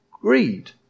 greed